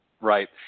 Right